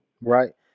Right